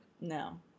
No